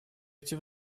эти